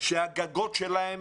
כשהגגות שלהם